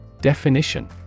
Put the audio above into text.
Definition